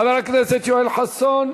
חבר הכנסת יואל חסון,